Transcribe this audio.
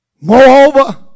Moreover